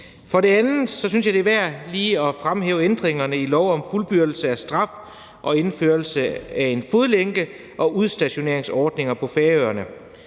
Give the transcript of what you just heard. For det andet synes jeg, det er værd lige at fremhæve ændringerne i lov om fuldbyrdelse af straf med indførelse af en fodlænke- og udstationeringsordning på Færøerne.